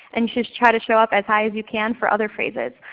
and just try to show up as high as you can for other phrases.